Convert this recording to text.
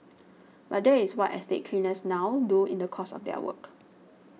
but that is what estate cleaners now do in the course of their work